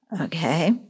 Okay